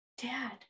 dad